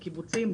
בקיבוצים,